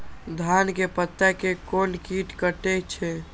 धान के पत्ता के कोन कीट कटे छे?